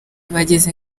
bageze